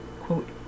quote